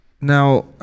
Now